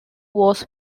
was